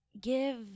give